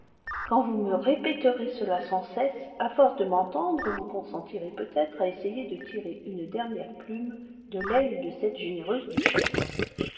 quand vous me répéterez cela sans cesse à force de m'entendre vous consentirez peut-être à essayer de tirer une dernière plume de l'aile de cette généreuse duchesse